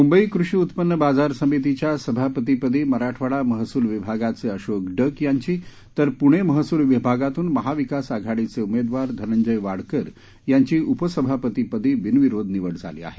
मुंबई कृषी उत्पन्न बाजार समितीच्या सभापती पदी मराठवाडा महसूल विभागाचे अशोक डक यांची तर प्णे महसूल विभागातून महाविकास आघाडीचे उमेदवार धनंजय वाडकर यांची उपसभापती पदी बिनविरोध निवड झाली आहे